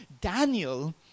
Daniel